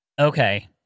Okay